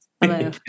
Hello